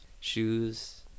shoes